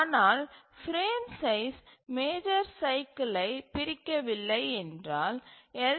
ஆனால் frame size major சைக்கிலை பிரிக்கவில்லை என்றால் எல்